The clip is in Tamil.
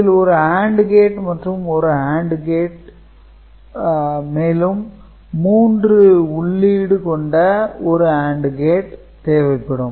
இதில் ஒரு AND கேட் மற்றும் ஒரு AND கேட் மேலும் மூன்று உள்ளீடு கொண்ட ஒரு AND கேட் தேவைப்படும்